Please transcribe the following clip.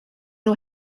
nhw